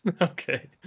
Okay